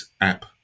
app